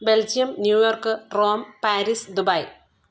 Belgium New York Rome Paris Dubai